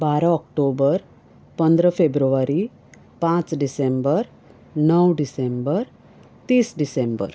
बारा ऑक्टोबर पंदरा फेब्रुवारी पांच डिसेंबर णव डिसेंबर तीस डिसेंबर